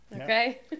Okay